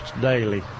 daily